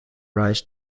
rhys